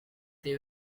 they